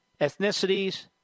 ethnicities